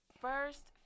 first